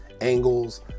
angles